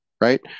right